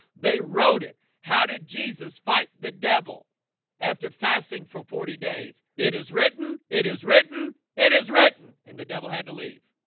they wrote it. how did jesus fight the devil after? fasting for forty days it is written it is written it is written and the devil had to leave